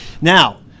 Now